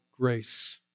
grace